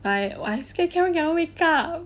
I scared karen cannot wake up